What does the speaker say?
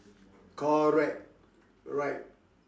correct right